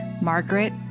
Margaret